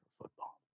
Football